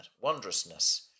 wondrousness